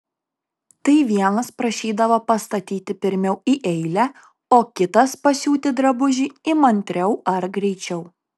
tai vienas prašydavo pastatyti pirmiau į eilę o kitas pasiūti drabužį įmantriau ar greičiau